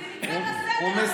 אני מבקש